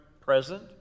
present